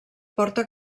porta